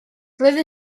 roedd